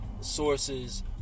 sources